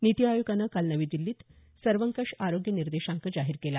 नीति आयोगानं काल नवी दिल्लीत सर्वंकष आरोग्य निर्देशांक जाहीर केला